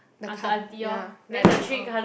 the ya like that oh